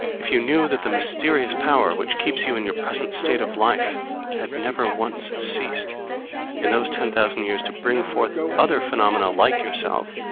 if you knew that the mysterious power which keeps you in your present state of life had never once ceased in those ten thousand years to bring forth other phenomena like yourself,